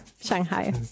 Shanghai